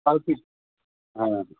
কালকেই হ্যাঁ